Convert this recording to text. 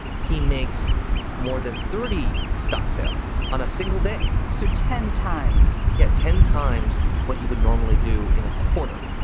he makes more than thirty stock sales on a single day. so ten times get yeah ten times what he would normally do in a quarter.